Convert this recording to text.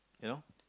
you know